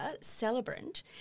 celebrant